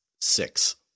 Six